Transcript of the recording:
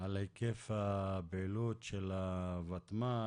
על היקף הפעילות של הוותמ"ל,